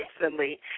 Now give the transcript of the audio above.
recently